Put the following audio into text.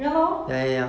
ya lor